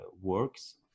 works